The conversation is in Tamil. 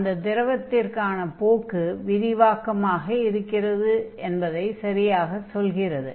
அந்த திரவத்திற்கான போக்கு விரிவாக்கமாக இருக்கிறது என்பதைச் சரியாகச் சொல்கிறது